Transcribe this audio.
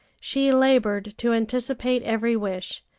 she labored to anticipate every wish,